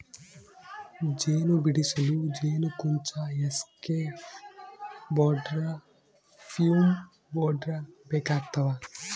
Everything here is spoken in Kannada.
ಜೇನು ಬಿಡಿಸಲು ಜೇನುಕುಂಚ ಎಸ್ಕೇಪ್ ಬೋರ್ಡ್ ಫ್ಯೂಮ್ ಬೋರ್ಡ್ ಬೇಕಾಗ್ತವ